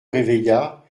réveilla